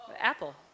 Apple